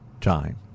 time